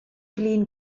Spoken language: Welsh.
flin